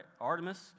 Artemis